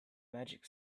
magic